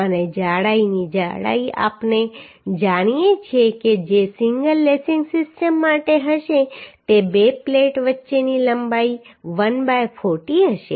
અને જાડાઈની જાડાઈ આપણે જાણીએ છીએ કે જે સિંગલ લેસિંગ સિસ્ટમ માટે હશે તે બે પ્લેટ વચ્ચેની લંબાઈ 1 બાય 40 હશે